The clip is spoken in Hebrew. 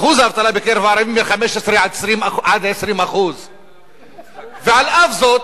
אחוז האבטלה בקרב הערבים הוא מ-15% עד 20%. ועל אף זאת